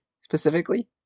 specifically